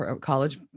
college